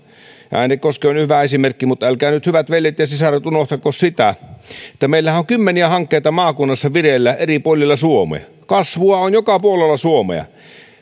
äänekoski on hyvä esimerkki mutta älkää nyt hyvät veljet ja sisaret unohtako sitä että meillähän on kymmeniä hankkeita vireillä maakunnissa eri puolilla suomea kasvua on joka puolella suomea